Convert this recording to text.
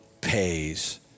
pays